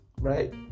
right